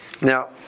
Now